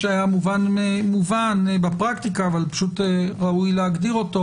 שהיה מובן בפרקטיקה אך ראוי להגדירו,